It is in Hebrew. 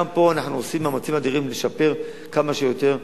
גם פה אנחנו עושים מאמצים אדירים לשפר כמה שיותר,